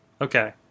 okay